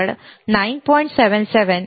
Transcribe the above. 77 micro farad आहे